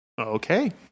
Okay